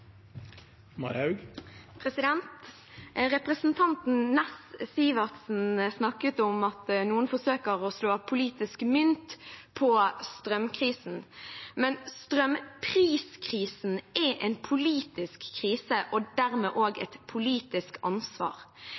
Representanten Sivertsen Næss snakket om at noen forsøker å slå politisk mynt på strømkrisen, men strømpriskrisen er en politisk krise og dermed også et politisk ansvar.